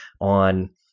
on